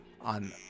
on